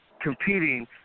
competing